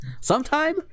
Sometime